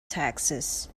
texas